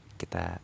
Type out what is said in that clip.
kita